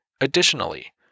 Additionally